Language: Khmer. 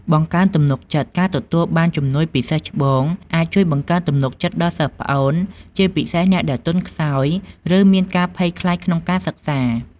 បង្កើនទំនុកចិត្ត ការទទួលបានជំនួយពីសិស្សច្បងអាចជួយ បង្កើនទំនុកចិត្ត ដល់សិស្សប្អូន ជាពិសេសអ្នកដែលទន់ខ្សោយ ឬមានការភ័យខ្លាចក្នុងការសិក្សា។